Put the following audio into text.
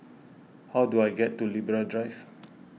how do I get to Libra Drive